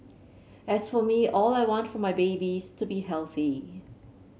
as for me all I want for my babies to be healthy